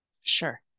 Sure